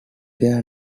their